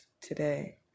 today